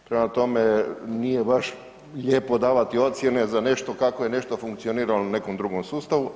Prema tome, nije baš lijepo davati ocjene za nešto kako je nešto funkcioniralo na nekom drugom sustavu.